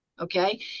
Okay